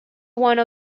one